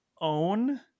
own